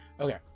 Okay